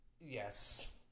yes